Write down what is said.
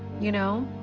you know?